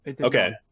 Okay